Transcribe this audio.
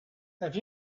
have